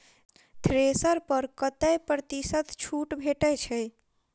Thresher पर कतै प्रतिशत छूट भेटय छै?